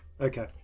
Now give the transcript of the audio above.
Okay